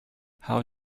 how